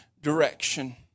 direction